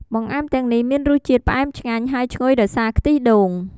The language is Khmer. បង្អែមទាំងនេះមានរសជាតិផ្អែមឆ្ងាញ់ ហើយឈ្ងុយដោយសារខ្ទិះដូង។